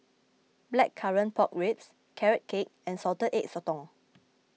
Blackcurrant Pork Ribs Carrot Cake and Salted Egg Sotong